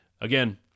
again